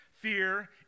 fear